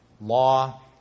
law